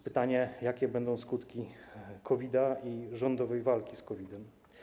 Pytanie, jakie będą skutki COVID-a i rządowej walki z COVID-em.